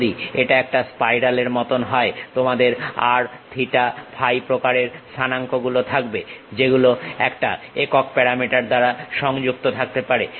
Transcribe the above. যদি এটা একটা স্পাইরাল এর মত হয় তোমাদের r থিটা ফাই প্রকারের স্থানাঙ্ক গুলো থাকবে যেগুলো একটা একক প্যারামিটার দ্বারা সংযুক্ত থাকতে পারে